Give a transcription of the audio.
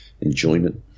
enjoyment